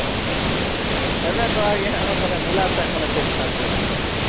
ଏବେ ତ ଆଜ୍ଞା ଆମର୍ ବାଟେ ଏପଟେ ମୂଲା ଶାଗମାନେ ଖୁବ୍ ଖାଇସନ୍ ବୁଲି